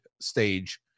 stage